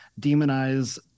demonize